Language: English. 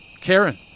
Karen